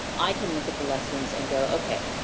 i can look at the lessons and go okay.